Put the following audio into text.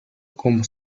como